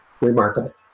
remarkable